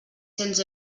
cents